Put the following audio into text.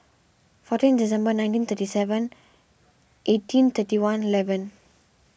fourteen December nineteen thirty seven eighteen thirty one evlen